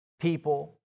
people